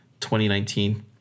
2019